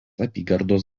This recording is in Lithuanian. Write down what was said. apygardos